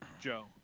Joe